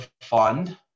fund